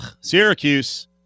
Syracuse